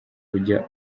ujya